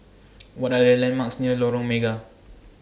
What Are The landmarks near Lorong Mega